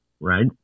right